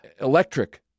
electric